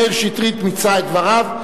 מאיר שטרית מיצה את דבריו,